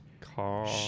Car